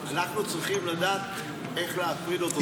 אנחנו צריכים לדעת איך להפריד אותו.